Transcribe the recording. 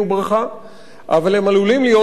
אבל הם עלולים להיות גם קללה מאוד גדולה,